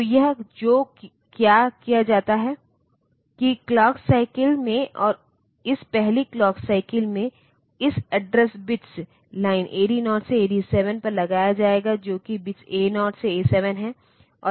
तो यह जो क्या किया जाता है कि क्लॉक साइकिल में और इस पहली क्लॉक साइकिल में इस अड्रेस बिट्स लाइन AD0 से AD7 पर लगाया जाएगा जो कि बिट्स A0 से A7 है